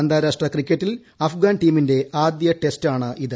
അന്താരാഷ്ട്ര ക്രിക്കറ്റിൽ അഫ്ഗാൻ ടീമിന്റെ ആദ്യ ടെസ്റ്റാണ് ഇത്